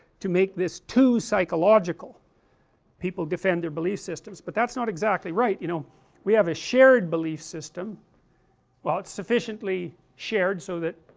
to make this too psychological people defend their belief systems, but that's not exactly right, you know we have a shared belief system well it's sufficiently shared so, that,